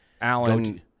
Alan